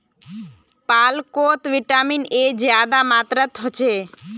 पालकोत vitamin A ज्यादा मात्रात होछे